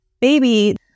baby